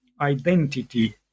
identity